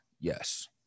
yes